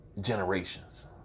generations